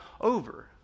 over